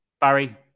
Barry